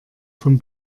vom